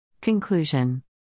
Conclusion